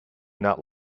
not